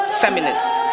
feminist